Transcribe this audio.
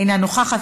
אינה נוכחת,